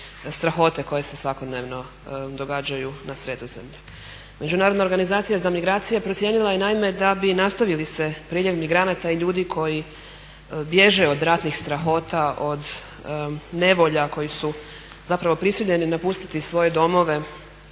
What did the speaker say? strahote koje se svakodnevno događaju na Sredozemlju. Međunarodna organizacija za migracije precijenila je naime da bi nastavili se priljev migranata i ljudi koji bježe od ratnih strahota, od nevolja, koji su zapravo prisiljeni napustiti svoje domove